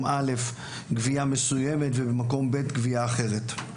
א' גבייה מסוימת ובמקום ב' גבייה אחרת.